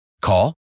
Call